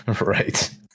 Right